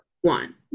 One